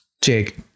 Jake